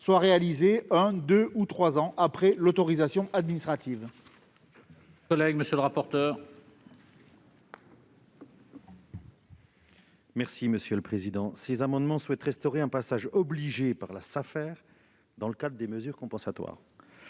souffrance un, deux ou trois ans après l'autorisation administrative.